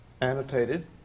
annotated